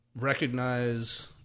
recognize